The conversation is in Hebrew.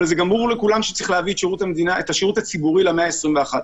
אבל גם ברור לכולם שצריך להביא את השירות הציבורי למאה העשרים ואחת.